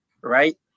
right